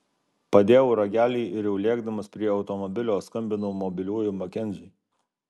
padėjau ragelį ir jau lėkdamas prie automobilio skambinau mobiliuoju makenziui